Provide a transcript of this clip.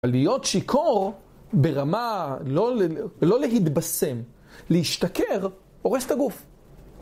להיות שיכור ברמה לא להתבשם, להשתכר, הורס את הגוף.